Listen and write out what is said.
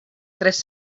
tres